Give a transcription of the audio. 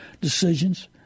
decisions